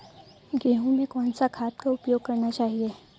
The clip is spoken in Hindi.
गेहूँ में कौन सा खाद का उपयोग करना चाहिए?